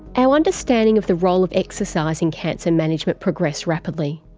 our understanding of the role of exercise in cancer management progressed rapidly.